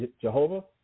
Jehovah